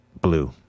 blue